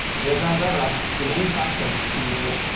reza zarrab, the main suspect in the,